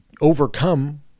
overcome